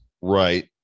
Right